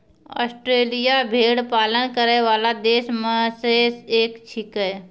Australia भेड़ पालन करै वाला देश म सें एक छिकै